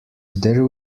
there